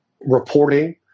reporting